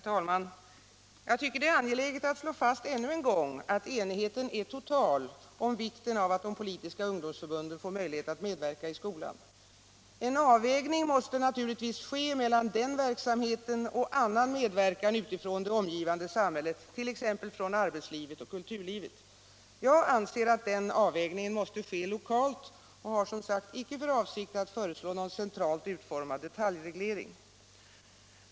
Herr talman! Jag tycker det är angeläget att slå fast ännu en gång att enigheten är total om vikten av att de politiska ungdomsförbunden får möjlighet att medverka i skolan. En avvägning måste naturligtvis ske mellan den verksamheten och annan medverkan utifrån det omgivande samhället, dvs. från arbetslivet och kulturlivet. Jag anser att den avvägningen måste ske lokalt, och jag har som sagt icke för avsikt att föreslå någon centralt utformad detaljreglering.